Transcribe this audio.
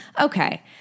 Okay